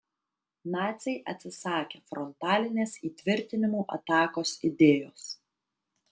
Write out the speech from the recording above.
naciai atsisakė frontalinės įtvirtinimų atakos idėjos